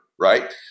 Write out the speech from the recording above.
right